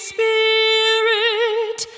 Spirit